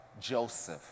Joseph